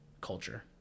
culture